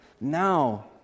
Now